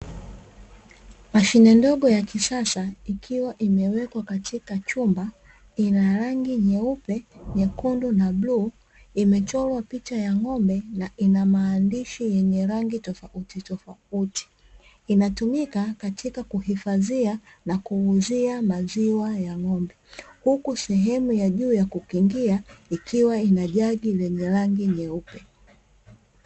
Mashine ndogo ya kisasa ikiwa imewekwa katika chumba; ina rangi nyeupe, nyekundu na bluu. Imechorwa picha ya ng'ombe na ina maandishi yenye rangi tofauti tofauti. Inatumika katika kuhifadhia na kuuzia maziwa ya ng'ombe. Huku sehemu ya juu ya kukingia ikiwa ina jagi lenye rangi nyeupe.